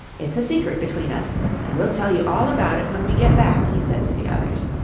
it's a secret between us and we'll tell you all about it when we get back, he said to the others.